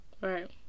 Right